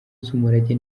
z’umurage